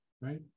Right